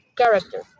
character